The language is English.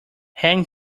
hang